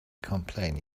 complain